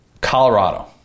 Colorado